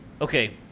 okay